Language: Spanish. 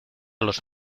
los